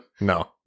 No